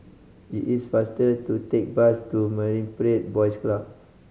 it is faster to take bus to Marine Parade Boys Club